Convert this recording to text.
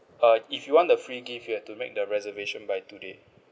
uh if you want the free gift you have to make the reservation by today